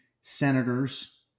senators